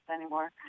anymore